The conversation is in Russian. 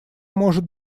может